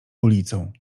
ulicą